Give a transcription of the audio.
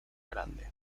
grande